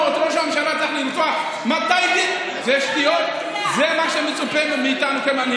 מי שם חבל